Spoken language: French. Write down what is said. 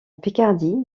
picardie